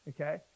Okay